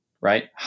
right